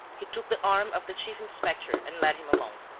he took the arm of the chief-inspector and led him along